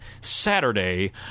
Saturday